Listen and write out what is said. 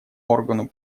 органу